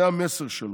זה המסר שלו.